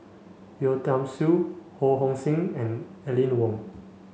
Yeo Tiam Siew Ho Hong Sing and Aline Wong